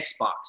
xbox